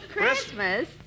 Christmas